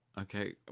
Okay